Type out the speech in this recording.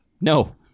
no